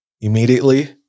Immediately